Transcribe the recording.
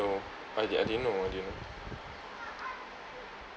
I I I didn't know I didn't know